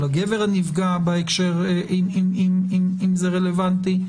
או לגבר הנפגע אם זה רלוונטי,